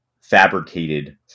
fabricated